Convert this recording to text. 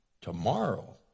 tomorrow